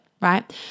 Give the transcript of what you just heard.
right